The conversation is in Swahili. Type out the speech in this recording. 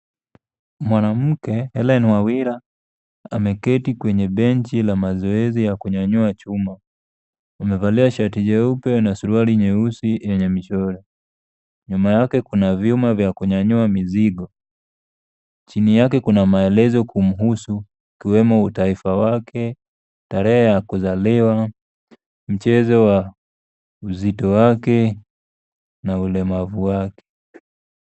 Mwanamke Hellen Wawira ameketi kwenye benchi la mazoezi ya kunyanyua chuma. Amevalia shati jeupe na suruali nyeusi yenye michoro. Nyuma yake kuna vyuma vya kunyanyua mizigo. Chini yake kuna maelezo kumhusu ikiwemo utaifa wake, tarehe ya kuzaliwa, mchezo wa uzito wake na ulemavu wake.